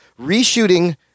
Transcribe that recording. reshooting